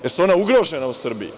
Da li su ona ugrožena u Srbiji?